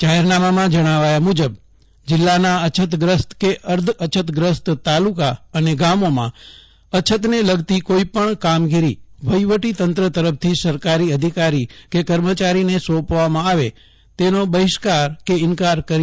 જાહેરનામામાં જણાવાયા મુજબ જિલ્લાના અછતગ્રસ્ત કે અર્ધઅછતગ્રસ્ત તાલુકા ગામોમાં અછતને લગતી કોઇપણ કામગીરી વહીવટી તંત્ર તરફથી સરકારી અધિકારી કે કર્મચારીને સોંપવામાં આવે તેનો બહિષ્કાર ઇન્કાર કરી શકાશે નહીં